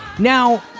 now,